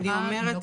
אני אומרת,